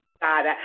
God